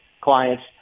clients